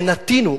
ונטינו,